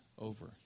over